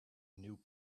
new